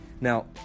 Now